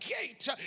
gate